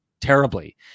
terribly